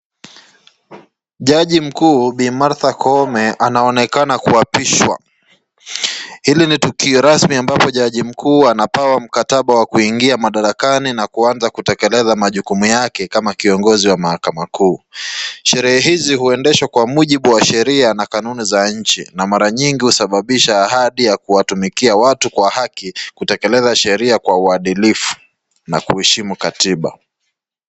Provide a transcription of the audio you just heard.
Jaji mkuu bi Martha Koome anaonekana kuapishwa. Hili ni tukio rasmi ambapo jaji mkuu anapewa mkataba wa kuingia madarakani na kuanza kutekeleza majukumu yake kama kiongozi wa mahakama kuu. Sherehe hizi huendeshwa kwa mujibu wa sheria na kanununi za nchi na mara mingi husababisha ahadi ya kuwatumikia watu kwa haki, kutekeleza sheria kwa uadilifu na kuheshimu katiba.